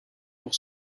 pour